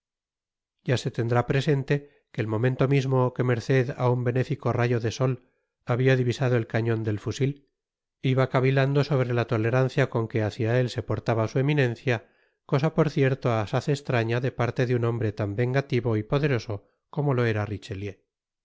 ya se tendrá presente que el momento mismo que merced á un benéfico rayo de sol habia divisado el cañon del fusil iba cavilando sobre la tolerancia con que hácia él se portaba su eminencia cosa por cierto asaz estraña de parte de un hombre tan vengativo y poderoso como lo era richelieu